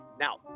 Now